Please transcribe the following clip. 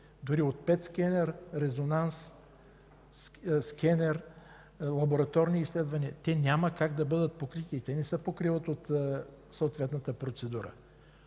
– ПЕТ скенер, резонанс, скенер, лабораторни изследвания. Те няма как да бъдат покрити, не се покриват от съответната процедура.